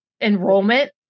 Enrollment